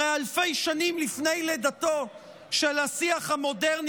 הרי אלפי שנים לפני לידתו של השיח המודרני